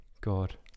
God